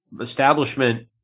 establishment